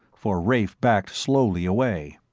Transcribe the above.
for rafe backed slowly away.